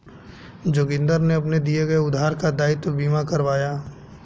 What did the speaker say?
जोगिंदर ने अपने दिए गए उधार का दायित्व बीमा करवाया